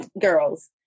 girls